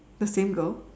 the same girl